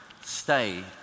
stay